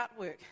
artwork